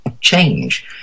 change